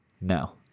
No